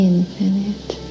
Infinite